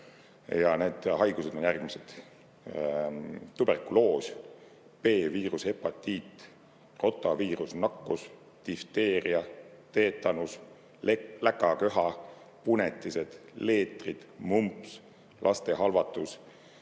Need haigused on järgmised: tuberkuloos, B-viirushepatiit, rotaviirusnakkus, difteeria, teetanus, läkaköha, punetised, leetrid, mumps, lastehalvatus,